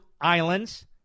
islands